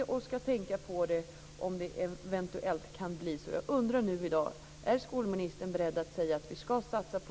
Hon ska tänka på om det eventuellt kan bli så.